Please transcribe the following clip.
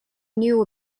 knew